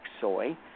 soy